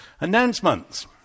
Announcements